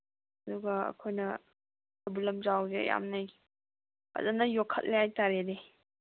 ꯑꯗꯨꯒ ꯑꯩꯈꯣꯏꯅ ꯀꯩꯕꯨꯜ ꯂꯝꯖꯥꯎꯁꯦ ꯌꯥꯝꯅ ꯐꯖꯅ ꯌꯣꯛꯈꯠꯂꯦ ꯍꯥꯏ ꯇꯥꯔꯦꯅꯦ